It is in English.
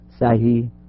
Sahih